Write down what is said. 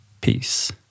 Peace